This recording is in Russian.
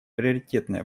приоритетное